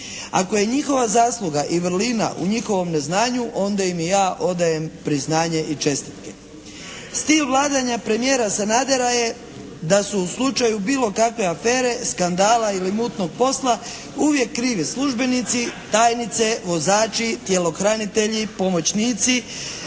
Ako je njihova zasluga i vrlina u njihovom neznanju onda im ja odajem priznanje i čestitke. Stil vladanja premijera Sanadera je da su u slučaju bilo kakve afere, skandala ili mutnog posla uvijek krivi službenici, tajnice, vozači, tjelohranitelji, pomoćnici.